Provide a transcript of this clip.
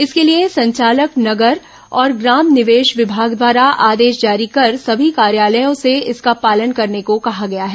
इसके लिए संचालक नगर और ग्राम निवेश विभाग द्वारा आदेश जारी कर सभी कार्यालयों से इसका पालन करने को कहा गया है